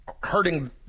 Hurting